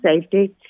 safety